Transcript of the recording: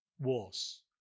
wars